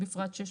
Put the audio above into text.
בפרט (6),